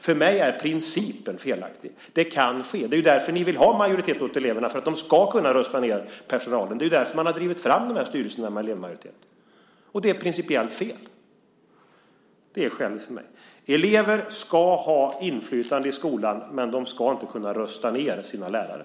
För mig är principen felaktig. Det kan ske. Det är ju därför ni vill ha majoritet åt eleverna, för att de ska kunna rösta ned personalen. Det är ju därför man har drivit fram de här styrelserna med elevmajoritet. Och det är principiellt fel. Det är skälet för mig. Elever ska ha inflytande i skolan, men de ska inte kunna rösta ned sina lärare.